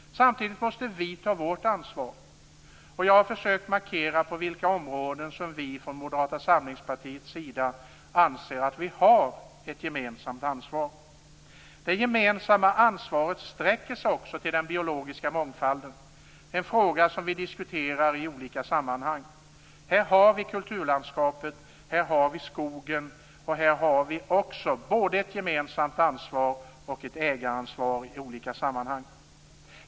Samtidigt måste vi ta vårt ansvar. Jag har försökt markera på vilka områden som vi från Moderata samlingspartiets sida anser att vi har ett gemensamt ansvar. Det gemensamma ansvaret sträcker sig också till den biologiska mångfalden. Det är en fråga som vi diskuterar i olika sammanhang. Här har vi kulturlandskapet. Här har vi skogen. Här har vi också både ett gemensamt ansvar och ett ägaransvar i olika sammanhang.